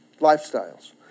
lifestyles